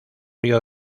río